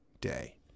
day